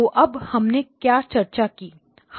तो अब हमने क्या चर्चा की है